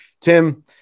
Tim